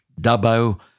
Dubbo